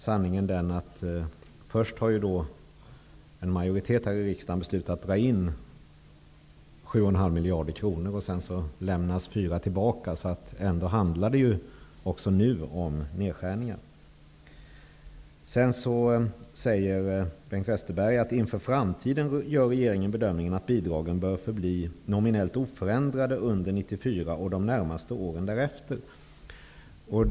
Sanningen är att en majoritet här i riksdagen har beslutat att dra in ca 7,5 miljarder kronor. Sedan lämnas 4 tillbaka. Det handlar också nu om nedskärningar. Sedan säger Bengt Westerberg att regeringen inför framtiden gör bedömningen att bidragen bör bli nominellt oförändrade under 1994 och de närmaste åren därefter.